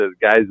guys